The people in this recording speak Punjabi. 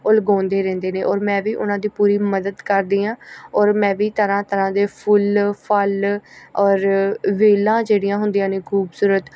ਉਹ ਲਗਾਉਂਦੇ ਰਹਿੰਦੇ ਨੇ ਔਰ ਮੈਂ ਵੀ ਉਹਨਾਂ ਦੀ ਪੂਰੀ ਮਦਦ ਕਰਦੀ ਹਾਂ ਔਰ ਮੈਂ ਵੀ ਤਰ੍ਹਾਂ ਤਰ੍ਹਾਂ ਦੇ ਫੁੱਲ ਫਲ ਔਰ ਵੇਲਾਂ ਜਿਹੜੀਆਂ ਹੁੰਦੀਆਂ ਨੇ ਖੂਬਸੂਰਤ